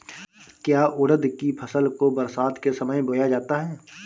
क्या उड़द की फसल को बरसात के समय बोया जाता है?